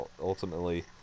ultimately